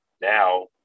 now